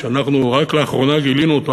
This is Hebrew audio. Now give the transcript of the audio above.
שאנחנו רק לאחרונה גילינו אותו,